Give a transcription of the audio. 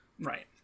Right